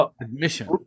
admission